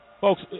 folks